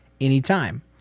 anytime